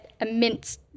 immense